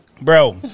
Bro